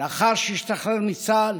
ולאחר שהשתחרר מצה"ל